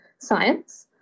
science